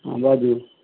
हँ बाजू